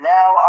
Now